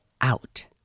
out